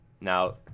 Now